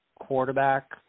quarterback